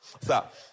Stop